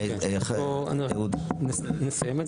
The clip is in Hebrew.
נסיים.